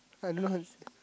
I don't know how to say